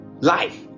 Life